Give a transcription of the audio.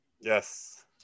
Yes